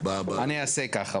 אני אעשה כך.